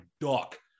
duck